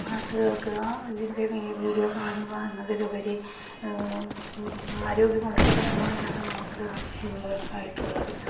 പാട്ട് കേൾക്കുക അല്ലെങ്കിൽ ഈ വീഡിയോ കാണുക എന്നതിലുപരി ആരോഗ്യമുള്ളൊരു തലമുറയാണ് നമുക്ക് ആവശ്യമുള്ളത് ആയിട്ടുള്ളത്